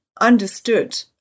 understood